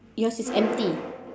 yours is empty